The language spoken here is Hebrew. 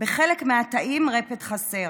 בחלק מהתאים רפד חסר.